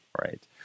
right